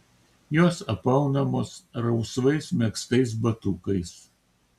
jos apaunamos rausvais megztais batukais